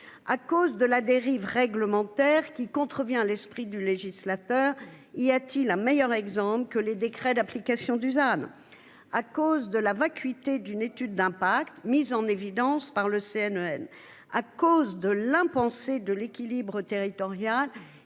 à cause de la dérive réglementaire qui contrevient à l'esprit du législateur, y a-t-il un meilleur exemple que les décrets d'application Dusan à cause de la vacuité d'une étude d'impact, mise en évidence par le CNE. À cause de l'impensé de l'équilibre territorial